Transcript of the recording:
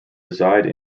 reside